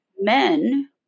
men